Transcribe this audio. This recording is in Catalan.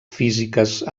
físiques